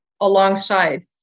alongside